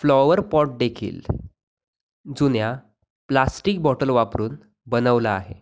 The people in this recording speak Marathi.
फ्लाॅवरपॉट देखील जुन्या प्लास्टिक बॉटल वापरून बनवला आहे